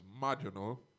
marginal